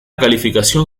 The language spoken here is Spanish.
calificación